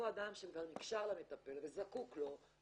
אותו אדם שכבר נקשר למטפל וזקוק לו,